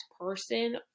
person